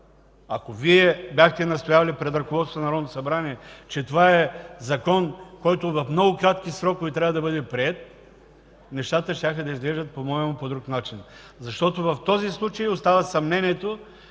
Ако Вие бяхте настоявали пред ръководството на Народното събрание, че това е Закон, който в много кратки срокове трябва да бъде приет, нещата щяха да изглеждат по друг начин. Защото в този случай остава съмнението,